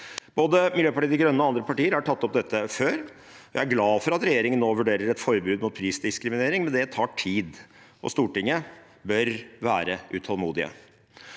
Både Miljøpartiet De Grønne og andre partier har tatt opp dette før. Jeg er glad for at regjeringen nå vurderer et forbud mot prisdiskriminering, men det tar tid, og Stortinget bør være utålmodige.